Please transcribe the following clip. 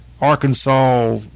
Arkansas